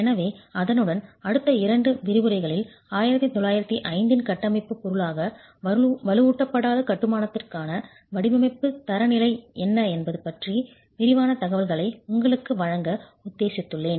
எனவே அதனுடன் அடுத்த இரண்டு விரிவுரைகளில் 1905 இன் கட்டமைப்புப் பொருளாக வலுவூட்டப்படாத கட்டுமானதிற்கான வடிவமைப்புத் தரநிலை என்ன என்பது பற்றிய விரிவான தகவல்களை உங்களுக்கு வழங்க உத்தேசித்துள்ளேன்